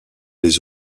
les